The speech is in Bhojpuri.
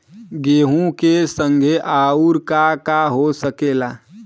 गेहूँ के संगे अउर का का हो सकेला?